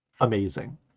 amazing